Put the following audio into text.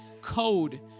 code